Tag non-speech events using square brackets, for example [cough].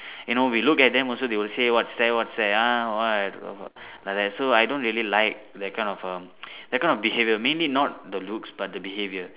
[breath] you know we look at them also they will say what stare what stare ah what [noise] like that so I don't really like that kind of um [noise] that kind of behaviour mainly not the looks but the behaviour